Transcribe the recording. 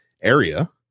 area